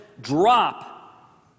drop